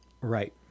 Right